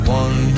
one